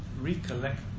recollect